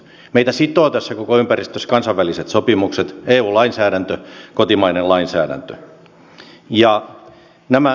meitä sitovat tässä koko ympäristössä kansainväliset sopimukset eu lainsäädäntö kotimainen lainsäädäntö